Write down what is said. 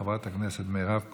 חברת הכנסת מירב כהן,